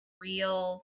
real